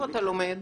איפה אתה לומד?